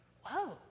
whoa